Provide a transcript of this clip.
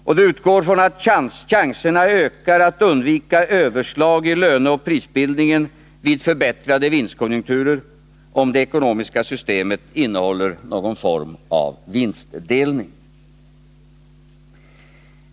Och det utgår från att chanserna ökar att undvika överslag i löneoch prisbildningen vid förbättrade vinstkonjunkturer, om det ekonomiska systemet innehåller någon form av vinstdelning.